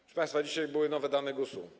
Proszę państwa, dzisiaj były nowe dane GUS-u.